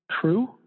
true